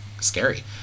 scary